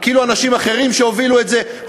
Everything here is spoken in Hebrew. כאילו אנשים אחרים שהובילו את זה,